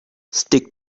stick